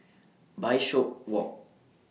Bishopswalk